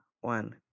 one